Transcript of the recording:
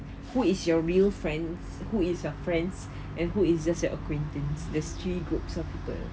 who is your real friends who is your friends and who is just your acquaintance these three groups of people